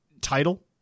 title